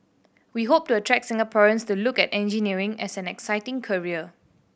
we hope to attract Singaporeans to look at engineering as an exciting career